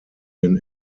den